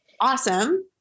awesome